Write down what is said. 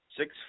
six